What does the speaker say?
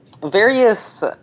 various